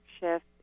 shift